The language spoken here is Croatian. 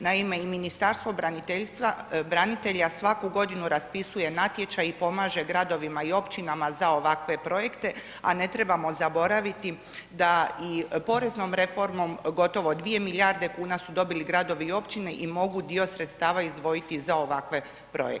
Naime i Ministarstvo braniteljstva, branitelja svaku godinu raspisuje natječaj i pomaže gradovima i općinama za ovakve projekte a ne trebamo zaboraviti da i poreznom reformom gotovo 2 milijarde kuna su dobili gradovi i općine i mogu dio sredstava izdvojiti za ovakve projekte.